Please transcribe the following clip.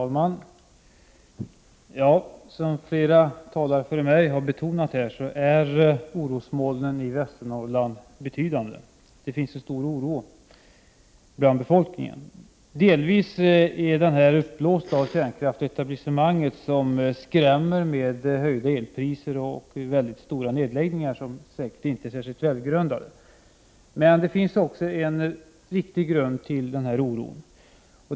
Herr talman! Som flera talare före mig har betonat är orosmolnen i Västernorrland betydande. Det finns en stor oro bland befolkningen. Delvis är denna oro uppblåst av kärnkraftsetablissemanget, som skrämmer med höjda elpriser och omfattande nedläggningar. Denna oro är säkert inte särskilt välgrundad. Men det finns också en riktig grund för oro.